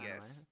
yes